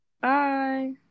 Bye